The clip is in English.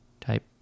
type